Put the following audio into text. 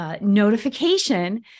notification